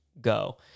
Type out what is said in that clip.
go